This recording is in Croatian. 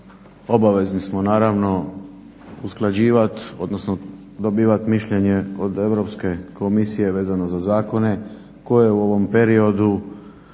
obavezni smo naravno usklađivati, odnosno dobivati mišljenje od Europske komisije vezano za zakone koje u ovom periodu